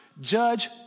judge